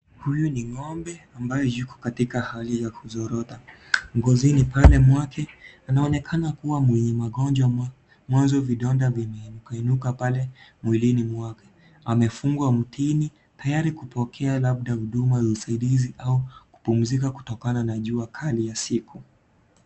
Huyu ni ng'ombe ambaye yuko katika hali kuzurura, ngozini pale mwake anaonekana kuwa mwenye magonjwa mwanzo vidonda vimeinuka inuka pale mwilini mwake amefungwa mtini tayari kupokea labda huduma za usaidizi au kupumzika kutokana na jua kali ya siku.